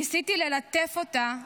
ניסיתי ללטף אותה,